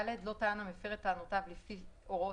(ד) לא טען המפר את טענותיו לפי הוראות